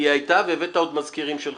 היא הייתה, והבאת עוד מזכירים שלך.